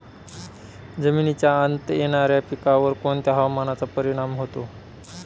जमिनीच्या आत येणाऱ्या पिकांवर कोणत्या हवामानाचा परिणाम होतो?